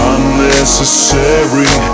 Unnecessary